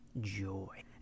Joy